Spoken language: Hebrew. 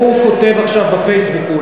הוא כותב עכשיו בפייסבוק.